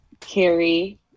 Carrie